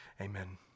Amen